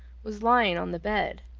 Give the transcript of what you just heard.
was lying on the bed.